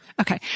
Okay